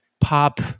pop